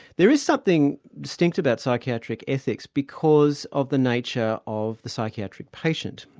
there is something distinct about psychiatric ethics because of the nature of the psychiatric patient.